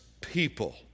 people